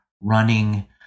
running